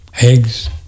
eggs